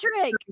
trick